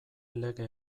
lege